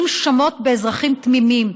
עושים שמות באזרחים תמימים,